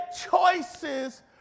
choices